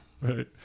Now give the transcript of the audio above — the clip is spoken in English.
right